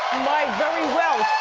very well